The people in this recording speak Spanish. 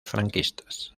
franquistas